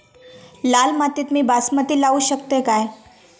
लाल मातीत मी बासमती लावू शकतय काय?